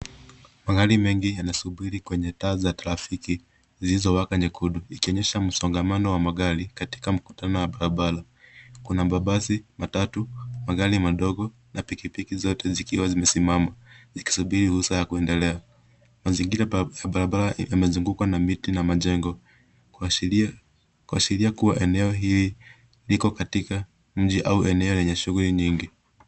Magari mengi yanasubiri kwenye taa za trafiki zilizowaka nyekundu ikionyesha msongamano wa magari katika mkutano wa barabara. Kuna mabasi matatu, magari madogo na pikipiki zote zikiwa zimesimama zikisubiri ruhusa ya kuendelea. Mazingira ya barabara yamezungukwa na miti na majengo kuashiria kuwa eneo hii liko katika nchi au eneo lenye shuguli nyingi.